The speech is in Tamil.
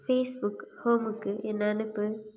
ஃபேஸ்புக் ஹோமுக்கு என்னை அனுப்பு